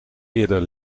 eerder